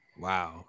Wow